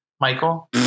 Michael